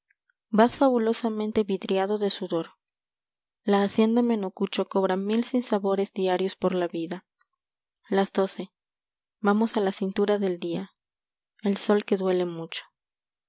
vas fabulosamente vidriado de sudor la hacienda menocucho cobra mil sinsabores diarios por la vida los doce vamos a la cintura del día el sol qne duele mucho